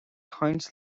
caint